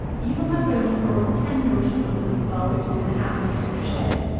you will have room for ten bushels of the bulbs in the house, or shed.